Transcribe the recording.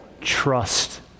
trust